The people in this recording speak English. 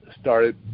started